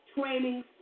training